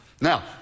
now